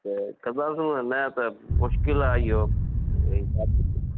त कंदासूंव न त मुश्किल आहे इहो